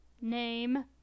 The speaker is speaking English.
name